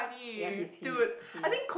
ya he's he is he is